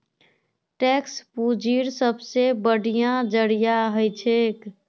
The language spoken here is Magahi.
टैक्स पूंजीर सबसे बढ़िया जरिया हछेक